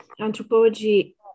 anthropology